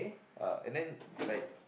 uh and then like